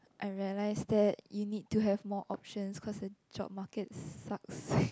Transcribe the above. I realise that you need to have more options cause the job market sucks